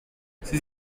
ses